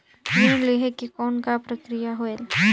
ऋण लहे के कौन का प्रक्रिया होयल?